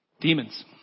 demons